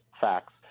facts